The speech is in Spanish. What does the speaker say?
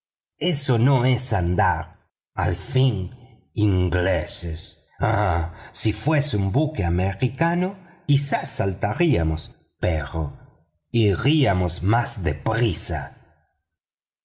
eso no es andar al fin ingleses ah si fuese un buque americano quizá saltaríamos pero iríamos más de prisa